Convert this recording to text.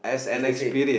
is the same